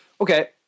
Okay